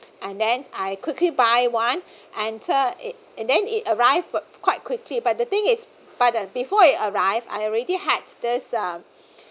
and then I quickly buy one enter it and then it arrived quite quickly but the thing is but uh before it arrive I already had this uh